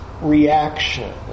reaction